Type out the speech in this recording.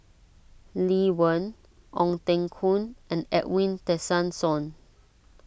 Lee Wen Ong Teng Koon and Edwin Tessensohn